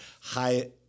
high